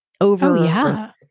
over